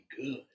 good